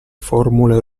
formule